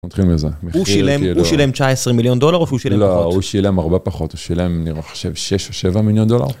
נתחיל מזה מחיר כאילו... הוא שילם 19 מיליון דולר או שהוא שילם פחות? לא, הוא שילם הרבה פחות הוא שילם נראה אני חושב 6 או 7 מיליון דולר.